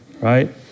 right